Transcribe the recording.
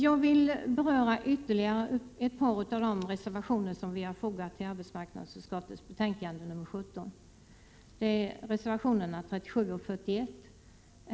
Jag vill beröra ytterligare ett par av de reservationer som vi fogat till arbetsmarknadsutskottets betänkande nr 17, nämligen reservationerna 37 och 41.